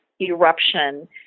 eruption